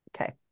Okay